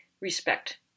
respect